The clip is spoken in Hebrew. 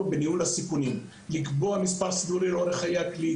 בניהול הסיכונים: לקבוע מספר סידורי לאורך חיי הכלי,